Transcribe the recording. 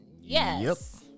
Yes